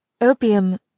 Opium